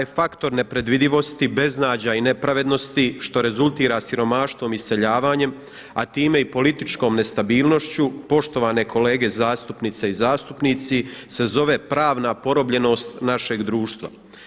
Taj faktor neprevidivosti, beznađa i nepravednosti što rezultira siromaštvom i iseljavanjem a time i političkom nestabilnošću, poštovane kolege zastupnice i zastupnici se zove pravna porobljenost našeg društva.